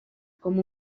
com